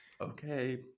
okay